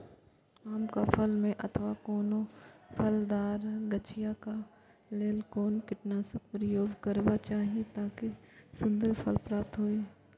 आम क फल में अथवा कोनो फलदार गाछि क लेल कोन कीटनाशक प्रयोग करबाक चाही ताकि सुन्दर फल प्राप्त हुऐ?